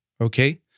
okay